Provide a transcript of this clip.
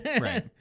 Right